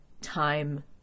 time